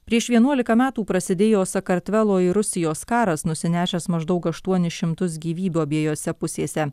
prieš vienuolika metų prasidėjo sakartvelo ir rusijos karas nusinešęs maždaug aštuonis šimtus gyvybių abiejose pusėse